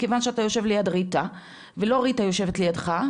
מכיוון שאתה יושב ליד ריטה ולא ריטה יושבת לידך,